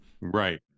Right